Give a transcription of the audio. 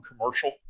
commercial